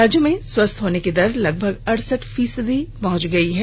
राज्य में स्वस्थ होने की दर लगभग अड़सठ फीसदी हो गयी है